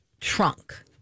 trunk